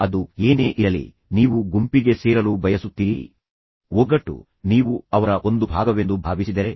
ಇದು ಓ ಅಪರಿಪಕ್ವ ಹುಡುಗ ನೀನು ಏನು ಹೇಳುತ್ತಿದ್ದೀ ಎಂದು ನಿನಗೆ ತಿಳಿದಿಲ್ಲ ಎಂದು ಸೂಚಿಸುವಂತಿದೆ